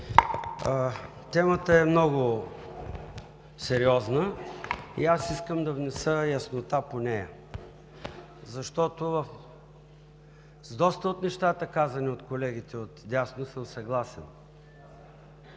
Темата е много сериозна и искам да внеса яснота по нея, защото с доста от нещата, казани от колегите отдясно, съм съгласен.